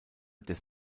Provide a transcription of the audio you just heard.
des